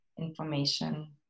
information